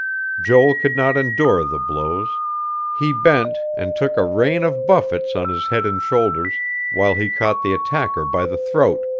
joel could not endure the blows he bent, and took a rain of buffets on his head and shoulders while he caught the attacker by the throat,